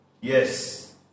Yes